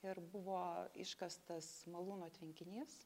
ir buvo iškastas malūno tvenkinys